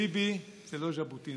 ביבי זה לא ז'בוטינסקי,